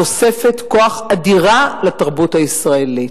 תוספת כוח אדירה לתרבות הישראלית.